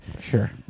Sure